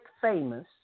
famous